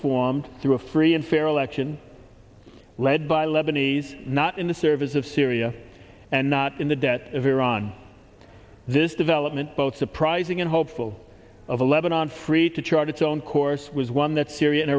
formed through a free and fair election led by lebanese not in the service of syria and not in the debt of iran this development both surprising and hopeful of a lebanon free to chart its own course was one that syria and